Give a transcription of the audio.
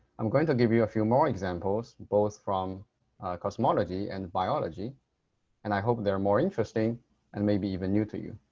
i'm going to give you a few more examples both from cosmology and biology and i hope they're more interesting and maybe even new to you.